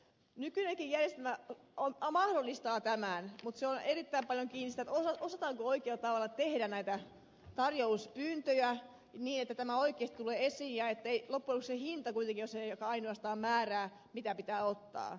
nykyinenkin järjestelmä mahdollistaa tämän mutta se on erittäin paljon kiinni siitä osataanko oikealla tavalla tehdä näitä tarjouspyyntöjä niin että tämä oikeasti tulee esiin ja ettei loppujen lopuksi se hinta kuitenkaan ole se joka ainoastaan määrää mitä pitää ottaa